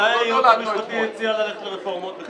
מתי הייעוץ המשפטי הציע ללכת לרפורמות בכלל?